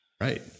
Right